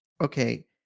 okay